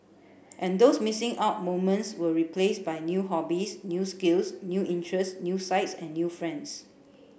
and those missing out moments were replaced by new hobbies new skills new interests new sights and new friends